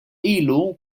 ilu